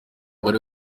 bari